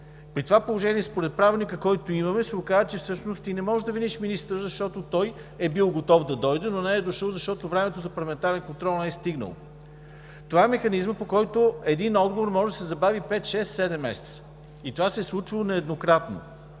При това положение според Правилника, който имаме, се оказва, че всъщност не можеш да виниш министъра, защото той е бил готов да дойде, но не е дошъл, защото времето за парламентарен контрол не е стигнало. Това е механизмът, по който един отговор може да се забави пет, шест, седем месеца и това се е случвало нееднократно.